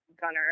Gunner